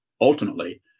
ultimately